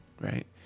right